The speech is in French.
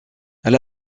elle